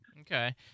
Okay